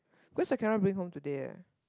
cause I cannot bring home today eh